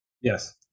yes